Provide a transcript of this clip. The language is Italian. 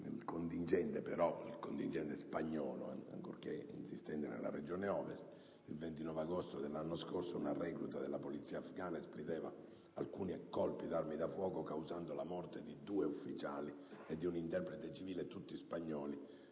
coinvolto però il contingente spagnolo, ancorché insistente nella medesima regione: il 29 agosto dell'anno scorso una recluta della polizia afgana esplodeva alcuni colpi di arma da fuoco, causando la morte di due ufficiali e di un interprete civile, tutti spagnoli,